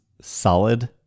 solid